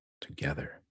together